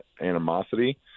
animosity